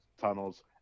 tunnels